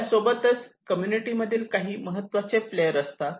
त्यासोबतच कम्युनिटी मध्ये काही महत्त्वाचे प्लेयर असतात